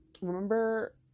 remember